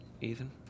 Ethan